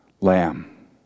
lamb